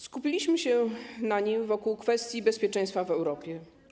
Skupiliśmy się na nim wokół kwestii bezpieczeństwa w Europie.